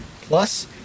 plus